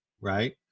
right